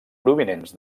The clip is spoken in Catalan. provinents